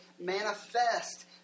manifest